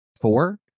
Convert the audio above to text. four